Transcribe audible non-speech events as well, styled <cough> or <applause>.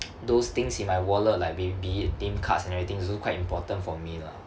<noise> those things in my wallet like maybe be it name cards and everything it's also quite important for me lah